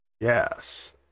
Yes